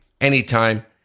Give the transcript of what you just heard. anytime